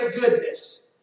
goodness